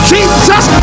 Jesus